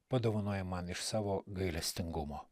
padovanojai man iš savo gailestingumo